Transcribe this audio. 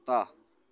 ਕੁੱਤਾ